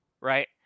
right